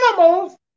animals